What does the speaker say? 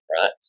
right